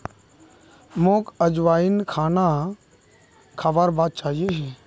मोक अजवाइन खाना खाबार बाद चाहिए ही